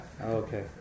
Okay